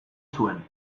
zuen